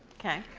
okay.